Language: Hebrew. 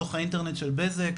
דו"ח האינטרנט של בזק,